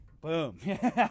Boom